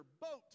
boat